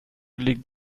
liegen